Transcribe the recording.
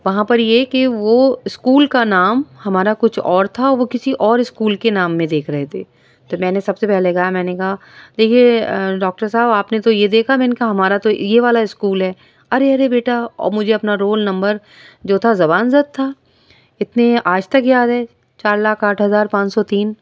وہاں پر یہ کہ وہ اسکول کا نام ہمارا کچھ اور تھا وہ کسی اور اسکول کے نام میں دیکھ رہے تھے تو میں نے سب سے پہلے کہا میں نے کہا دیکھیے ڈاکٹر صاحب آپ نے تو یہ دیکھا میں نے کہا ہمارا تو یہ والا اسکول ہے ارے ارے بیٹا اور مجھے اپنا رول نمبر جو تھا زبان زد تھا اتنے آج تک یاد ہے چار لاکھ آٹھ ہزار پانچ سو تین